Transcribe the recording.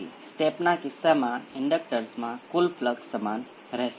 તેથી બીજી ઓર્ડર સિસ્ટમના નેચરલ રિસ્પોન્સ માટે આપણને વિવિધ કેસો મળે છે